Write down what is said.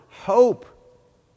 hope